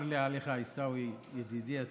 צר לי עליך, עיסאווי, ידידי הטוב.